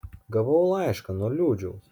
gavau laišką nuo liūdžiaus